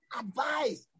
advice